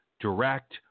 direct